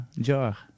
jar